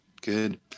good